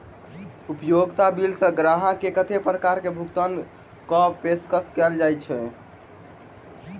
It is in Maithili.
उपयोगिता बिल सऽ ग्राहक केँ कत्ते प्रकार केँ भुगतान कऽ पेशकश कैल जाय छै?